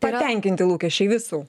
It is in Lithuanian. patenkinti lūkesčiai visų